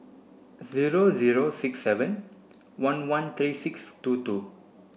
zero zero six seven one one three six two two